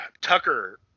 Tucker